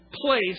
place